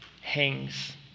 hangs